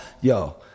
yo